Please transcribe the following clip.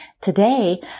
Today